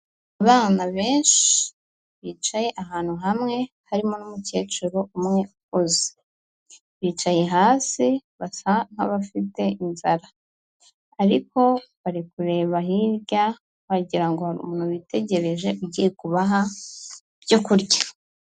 Abana benshi bicaye ahantu hamwe harimo n'umukecuru umwe ukuze, bicaye hasi basa nk'abafite inzara ariko bari kureba hirya, wagira ngo hari umuntu bitegereje ugiye kubaha ibyo kurya.